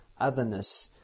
otherness